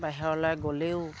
বাহিৰলৈ গ'লেও